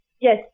Yes